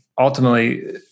ultimately